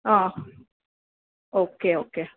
હ okay okay